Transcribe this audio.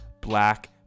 black